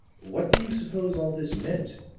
what do you suppose all this meant?